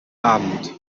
abend